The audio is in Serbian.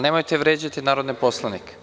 Nemojte vređati narodne poslanike.